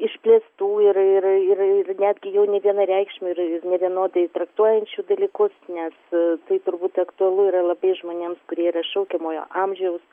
išplėstų ir ir ir ir netgi jau nevienareikšmių ir nevienodai traktuojančių dalykus nes tai turbūt aktualu yra labai žmonėms kurie yra šaukiamojo amžiaus